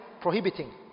prohibiting